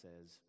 says